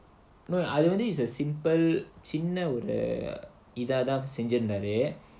no I don't think it's a simple சின்ன ஒரு இதா தான் செஞ்சிருந்தாரு:chinna oru idhaa thaan senjirunthaaru